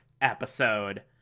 episode